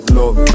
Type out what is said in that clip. love